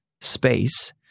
space